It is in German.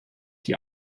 die